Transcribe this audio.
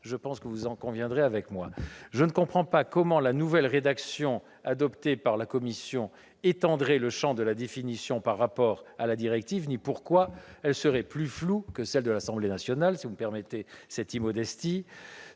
je pense que vous en conviendrez avec moi. Je ne comprends pas comment la nouvelle rédaction adoptée par la commission étendrait le champ de la définition par rapport à la directive ni pourquoi elle serait plus floue que celle de l'Assemblée nationale, si vous me permettez une telle immodestie.